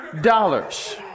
dollars